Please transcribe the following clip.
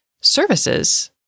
services